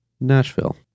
Nashville